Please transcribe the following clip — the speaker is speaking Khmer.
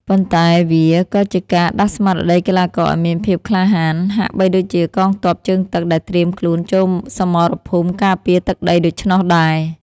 ប៉ុន្តែវាក៏ជាការដាស់ស្មារតីកីឡាករឱ្យមានភាពក្លាហាន ហាក់បីដូចជាកងទ័ពជើងទឹកដែលត្រៀមខ្លួនចូលសមរភូមិការពារទឹកដីដូច្នោះដែរ។